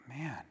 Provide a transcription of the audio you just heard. man